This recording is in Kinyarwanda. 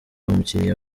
umukiriya